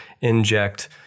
inject